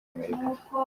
amerika